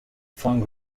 funk